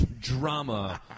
drama